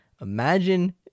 imagine